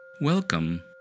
Welcome